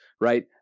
right